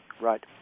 Right